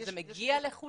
זה מגיע לכולם?